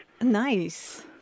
Nice